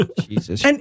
Jesus